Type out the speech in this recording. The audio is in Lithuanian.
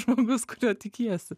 žmogus kurio tikiesi